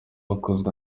hakozwe